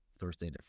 Thursday